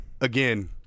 again